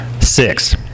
Six